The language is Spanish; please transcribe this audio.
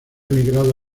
emigrado